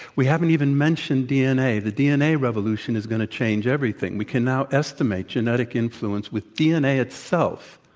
we haven't even mentioned dna the dna revolution is going to change everything. we can now estimate genetic influence with dna itself,